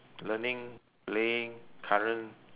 learning playing current